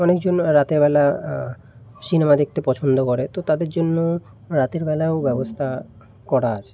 অনেকজন রাতেরবেলা সিনেমা দেখতে পছন্দ করে তো তাদের জন্য রাতেরবেলাও ব্যবস্থা করা আছে